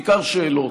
בעיקר שאלות.